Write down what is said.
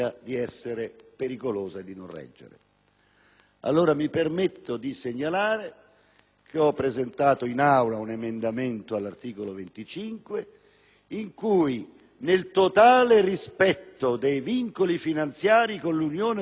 Allora mi permetto di segnalare che ho presentato in Aula un emendamento all'articolo 25 in cui, nel totale rispetto dei vincoli finanziari con l'Unione europea in termini di deficit pubblico,